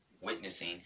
witnessing